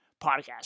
podcast